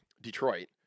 Detroit